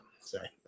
Sorry